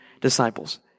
disciples